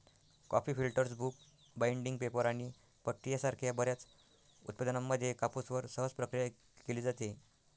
coffee filters, book binding, paper आणि पट्टी यासारख्या बर्याच उत्पादनांमध्ये कापूसवर सहज प्रक्रिया केली जाते